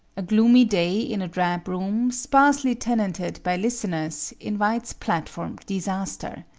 a gloomy day, in a drab room, sparsely tenanted by listeners, invites platform disaster.